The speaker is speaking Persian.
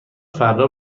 فردا